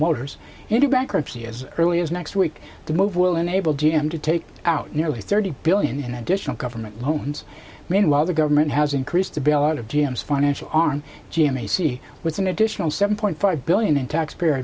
motors into bankruptcy as early as next week the move will enable g m to take out nearly thirty billion in additional government loans meanwhile the government has increased the bailout of g m financial on g m a c was an additional seven point five billion in taxpayer